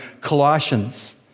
Colossians